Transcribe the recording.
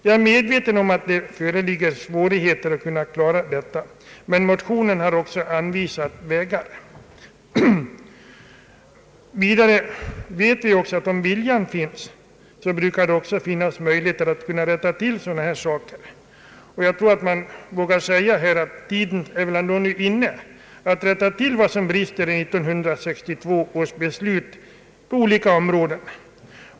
Jag är medveten om att det är svårt att klara detta, men i motionen har anvisats vägar. Vidare vet vi att om viljan finns, brukar det också finnas möjligheter att rätta till sådana saker. Jag tror att man vågar säga att tiden nu är inne att rätta till vad som brister i 1962 års beslut på olika områden.